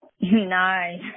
Nice